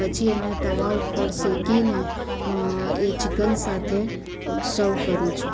પછી એના તવા ઉપર શેકીને એ ચિકન સાથે સવ કરું છું